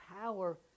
power